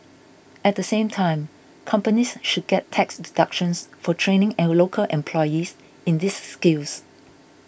at the same time companies should get tax deductions for training and local employees in these skills